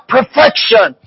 Perfection